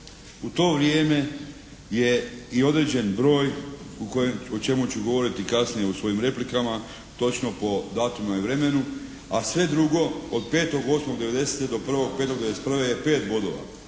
U to vrijeme je i određen broj o čemu ću govoriti kasnije u svojim replikama točno po datumima i vremenu, a sve drugo od 5.8. devedesete do 1.5.'91. je pet bodova.